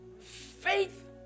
Faith